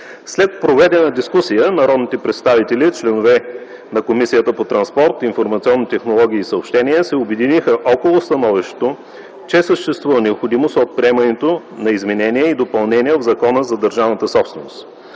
След проведената дискусия народните представители – членове на Комисията по транспорт, информационни технологии и съобщения, се обединиха около становището, че съществува необходимост от приемането на изменения и допълнения в Закона за държавната собственост,